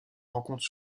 rencontre